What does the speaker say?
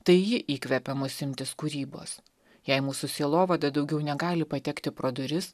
tai ji įkvepia mus imtis kūrybos jei mūsų sielovada daugiau negali patekti pro duris